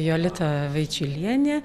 jolita vaičiulienė